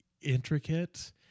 intricate